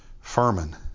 Furman